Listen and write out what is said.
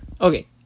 Okay